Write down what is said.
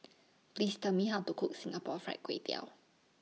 Please Tell Me How to Cook Singapore Fried Kway Tiao